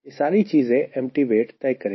यह सारी चीजें एम्पटी वेट तय करेगी